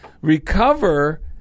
Recover